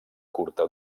curta